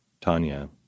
Tanya